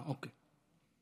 אה, אוקיי.